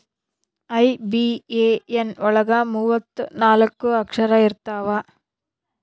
IBAN ಒಳಗ ಮೂವತ್ತು ನಾಲ್ಕ ಅಕ್ಷರ ಇರ್ತವಾ